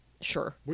Sure